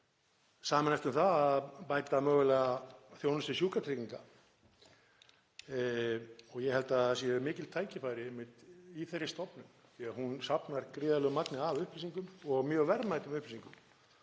sameinast um að bæta mögulega þjónustu Sjúkratrygginga. Ég held að það séu mikil tækifæri í þeirri stofnun því að hún safnar gríðarlegu magni af upplýsingum og mjög verðmætum upplýsingum